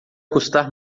custar